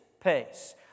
pace